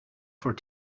voor